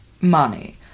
money